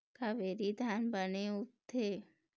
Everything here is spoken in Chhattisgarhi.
कावेरी धान बने उपजथे?